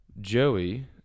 Joey